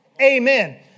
Amen